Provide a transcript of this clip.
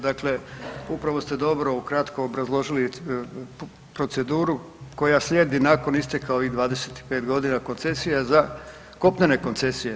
Dakle, upravo ste dobro ukratko obrazložili proceduru koja slijedi nakon isteka ovih 25 godina koncesije za, kopnene koncesije.